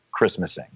Christmasing